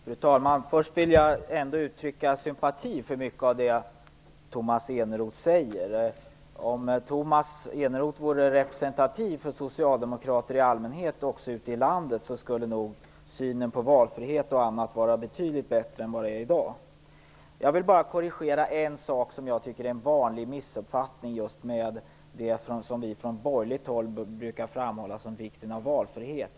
Fru talman! Först vill jag uttrycka sympati för mycket av det som Tomas Eneroth säger. Om han vore representativ för socialdemokrater i allmänhet ute i landet så skulle nog synen på valfrihet och annat vara betydligt bättre än den är i dag. Jag vill bara korrigera en sak som jag tycker är en vanlig missuppfattning. Det gäller det som vi från borgerligt håll brukar framhålla som vikten av valfrihet.